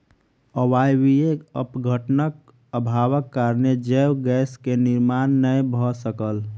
अवायवीय अपघटनक अभावक कारणेँ जैव गैस के निर्माण नै भअ सकल